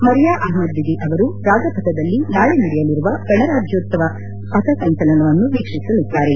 Maria Ahmad Didi ಅವರು ರಾಜಪಥದಲ್ಲಿ ನಾಳೆ ನಡೆಯಲಿರುವ ಗಣರಾಜ್ಯೋತ್ಸವ ಪಥಸಂಚಲನವನ್ನು ವೀಕ್ಷಿಸಲಿದ್ದಾರೆ